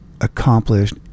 accomplished